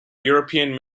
european